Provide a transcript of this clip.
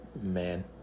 Man